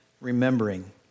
remembering